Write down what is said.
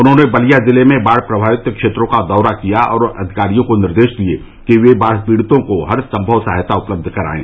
उन्होंने बलिया जिले में बाढ़ प्रभावित क्षेत्रों का दौरा किया और अधिकारियों को निर्देश दिए कि ये बाढ़ पीड़ितों को हरसंभव सहायता उपलब्ध कराएं